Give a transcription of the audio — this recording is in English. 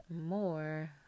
more